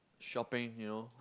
shopping you know